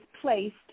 placed